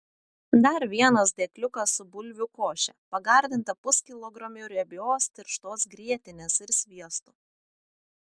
dar vienas dėkliukas su bulvių koše pagardinta puskilogramiu riebios tirštos grietinės ir sviestu